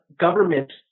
government